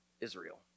Israel